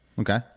Okay